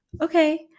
Okay